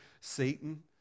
Satan